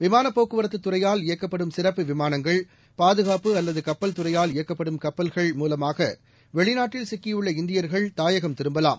விமானப் போக்குவரத்துத் துறையால் இயக்கப்படும் சிறப்பு விமானங்கள்இ பாதுகாப்பு அல்லது கப்பல் துறையால் இயக்கப்படும் கப்பல்கள் மூலமாகல வெளிநாட்டில் சிக்கியுள்ள இந்தியர்கள் தாயகம் திரும்பலாம்